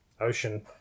ocean